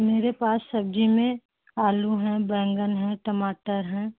मेरे पास सब्जी में आलू हैं बैंगन हैं टमाटर हैं